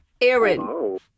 Aaron